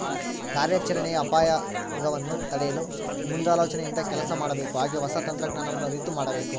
ಕಾರ್ಯಾಚರಣೆಯ ಅಪಾಯಗವನ್ನು ತಡೆಯಲು ಮುಂದಾಲೋಚನೆಯಿಂದ ಕೆಲಸ ಮಾಡಬೇಕು ಹಾಗೆ ಹೊಸ ತಂತ್ರಜ್ಞಾನವನ್ನು ಅರಿತು ಮಾಡಬೇಕು